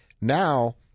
now